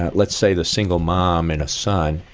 ah let's say the single mom and a son,